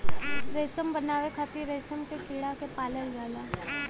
रेशम बनावे खातिर रेशम के कीड़ा के पालल जाला